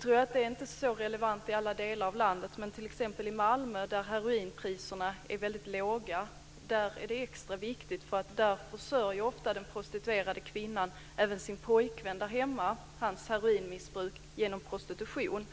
tror jag inte att det är så relevant i alla delar av landet. Men i t.ex. Malmö, där heroinpriserna är väldigt låga, är detta extra viktigt, för där försörjer ofta den prostituerade kvinnan även sin pojkvän där hemma och hans heroinmissbruk genom prostitution.